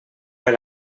per